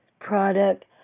product